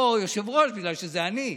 לא יושב-ראש, בגלל שזה אני,